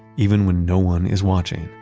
even when no one is watching.